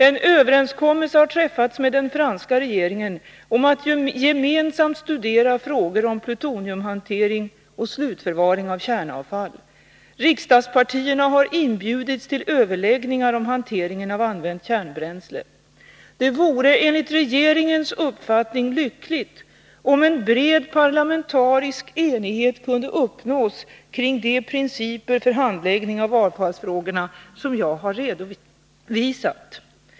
En överenskommelse har träffats med den franska regeringen om att gemensamt studera frågor om plutoniumhantering och slutförvaring av kärnavfall. Riksdagspartierna har inbjudits till överläggningar om hanteringen av använt kärnbränsle. Det vore, enligt regeringens uppfattning, lyckligt om en bred parlamentarisk enighet kunde uppnås kring de principer för handläggning av avfallsfrågorna som jag har redovisat.